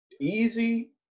easy